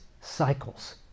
cycles